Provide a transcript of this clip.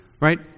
right